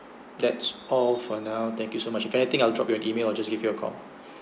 that's all for now thank you so much if anything I'll drop you an email or just leave you a call